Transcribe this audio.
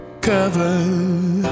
cover